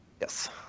Yes